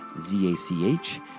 Z-A-C-H